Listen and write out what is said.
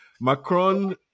Macron